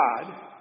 God